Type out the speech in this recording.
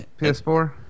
PS4